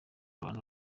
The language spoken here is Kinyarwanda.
abantu